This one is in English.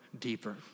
deeper